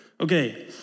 Okay